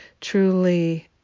truly